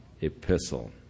epistle